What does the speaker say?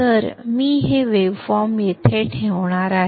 तर मी हे वेव्हफॉर्म येथे ठेवणार आहे